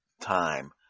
time